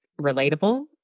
relatable